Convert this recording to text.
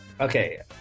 Okay